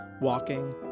walking